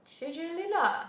J J Lin lah